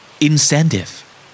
Incentive